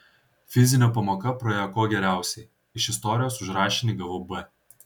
fizinio pamoka praėjo kuo geriausiai iš istorijos už rašinį gavau b